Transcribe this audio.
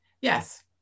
Yes